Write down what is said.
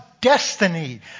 destiny